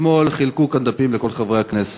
אתמול חילקו כאן דפים לכל חברי הכנסת.